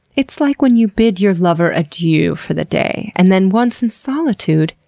it's like when you bid your lover adieu for the day, and then, once in solitude,